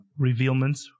revealments